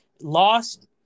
lost